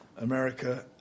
America